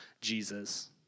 Jesus